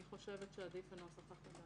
אני חושבת שעדיף הנוסח החדש.